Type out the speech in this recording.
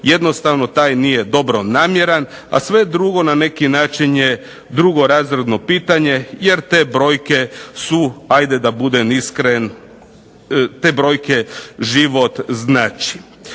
Jednostavno taj nije dobronamjeran, a sve drugo na neki način je drugorazredno pitanje jer te brojke su hajde da budem iskren, te brojke život znače.